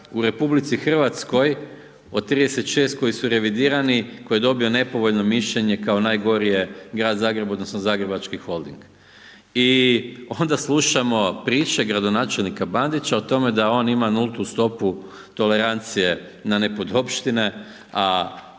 jedini grad u RH od 36 koji su revidirani, koji je dobio nepovoljno mišljenje kao najgori je Grad Zagreb odnosno Zagrebački holding i onda slušamo priče gradonačelnika Bandića o tome da on ima nultu stopu tolerancije na nepodopštine,